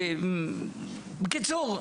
בקיצור,